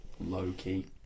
low-key